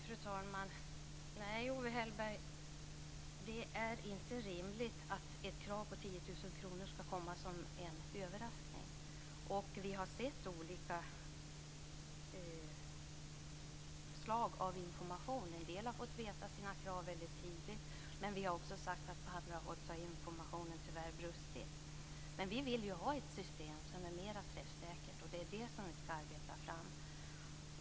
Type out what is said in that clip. Fru talman! Det är inte rimligt att ett krav på 10 000 kr skall komma som en överraskning. Vi har sett olika former av information. En del har fått kännedom om kraven tidigt, men på vissa håll har det varit brister i informationen. Vi vill ha ett system som är mera träffsäkert. Det är det vi skall arbeta fram.